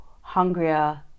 hungrier